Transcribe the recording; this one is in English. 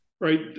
right